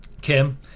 Kim